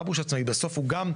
בסוף הוא גם,